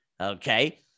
Okay